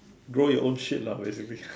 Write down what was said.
grow your own shit lah basically